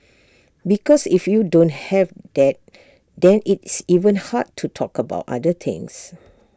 because if you don't have that then it's even hard to talk about other things